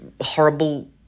horrible